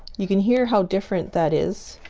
you can hear how different that is